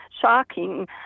shocking